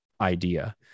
idea